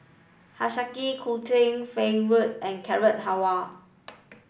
Hiyashi Chuka Falafel and Carrot Halwa